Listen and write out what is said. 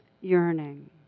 yearning